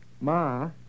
Ma